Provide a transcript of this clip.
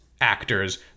actors